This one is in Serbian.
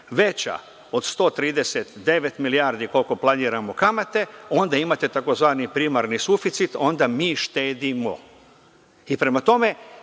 veća od 139 milijardi, koliko planiramo kamate, onda imate, takozvani primarni suficit, onda mi štedimo. Prema tome,